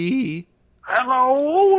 Hello